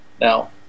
Now